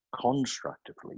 constructively